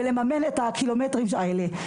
ולממן את הקילומטרים האלה.